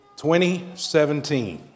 2017